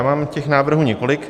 Mám těch návrhů několik.